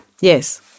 Yes